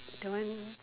the one